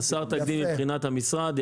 חסר תקדים מבחינת המשרד.